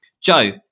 Joe